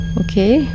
okay